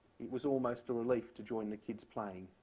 it was almost a relief to join the kids playing,